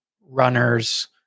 runners